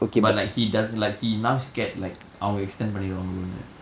but like he does like he now scared like அவங்க:avnga extend பன்னிருவங்கலோனு:panniruvangalonu